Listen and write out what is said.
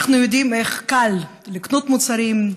אנחנו יודעים איך קל לקנות מוצרים,